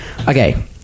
okay